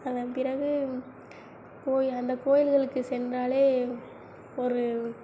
அதன் பிறகு கோயில் அந்த கோயில்களுக்கு சென்றாலே ஒரு